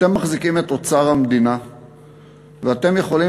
אתם מחזיקים את אוצר המדינה ואתם יכולים